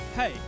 Hey